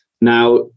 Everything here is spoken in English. Now